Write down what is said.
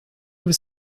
was